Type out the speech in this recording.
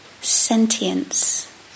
sentience